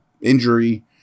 injury